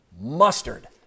mustard